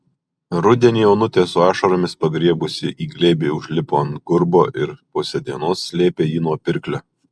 rudenį onutė su ašaromis pagriebusi į glėbį užlipo ant gurbo ir pusę dienos slėpė jį nuo pirklio